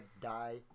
die